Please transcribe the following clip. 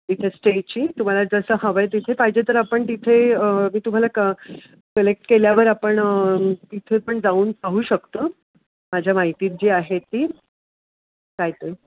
तिथे स्टेची तुम्हाला जसं हवं आहे तिथे पाहिजे तर आपण तिथे मी तुम्हाला क कलेक्ट केल्यावर आपण तिथे पण जाऊन पाहू शकतो माझ्या माहितीत जी आहे ती काय